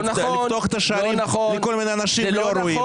ולפתוח את השערים לכל מיני אנשים לא ראויים.